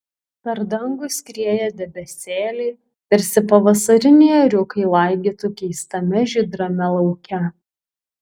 per dangų skrieja debesėliai tarsi pavasariniai ėriukai laigytų keistame žydrame lauke